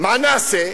מה נעשה?